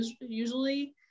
usually